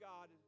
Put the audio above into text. God